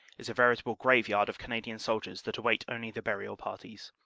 is a veritable graveyard of cana dian soldiers-they await only the burial parties.